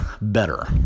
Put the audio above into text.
better